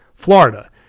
Florida